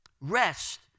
Rest